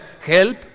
help